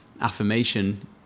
affirmation